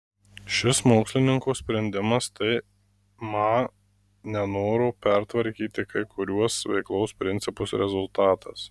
šis mokslininko sprendimas tai ma nenoro pertvarkyti kai kuriuos veiklos principus rezultatas